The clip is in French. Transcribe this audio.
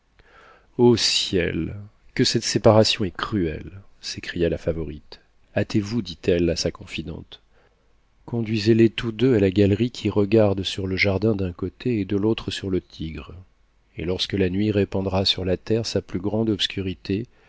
ô ciel que cette séparation est cruelle s'écria la favorite hâtez-vous dit-elle à sa confidente conduisez les tous deux à la galerie qui regarde sur te jardin d'un côté et de l'autre sur le tigre et lorsque la nuit répandra sur la terre sa plus grande obscurité